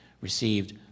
received